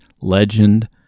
legend